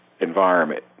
environment